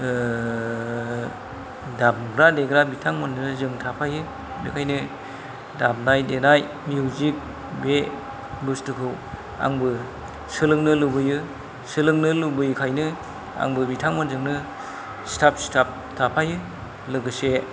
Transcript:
दामग्रा देग्रा बिथांमोनजोंनो जों थाफायो बेखायनो दामनाय देनाय मिउजिक बे बुस्थुखौ आंबो सोलोंनो लुबैयो सोलोंनो लुबैयोखायनो आंबो बिथांमोनजोंनो सिथाब सिथाब थाफायो लोगोसे